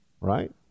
right